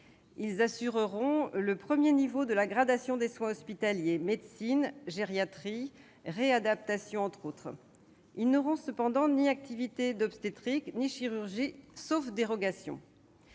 Ils assureront le premier niveau de la gradation des soins hospitaliers : médecine, gériatrie, réadaptation, entre autres. Ils n'auront cependant pas d'activité d'obstétrique ou de chirurgie, sauf dérogation.